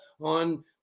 on